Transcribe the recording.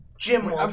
Jim